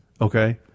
okay